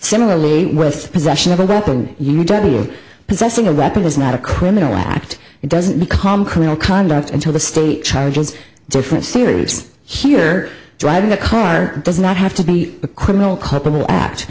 similarly with possession of a weapon you know w possessing a weapon was not a criminal act it doesn't become criminal conduct until the state charges different series here driving a car does not have to be a criminal culpable a